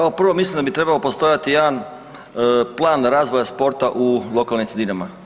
Kao prvo mislim da bi trebao postojati jedan plan razvoja sporta u lokalnim sredinama.